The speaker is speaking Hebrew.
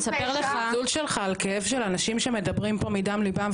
הזלזול שלך על כאב של אנשים שמדברים פה מדם ליבם,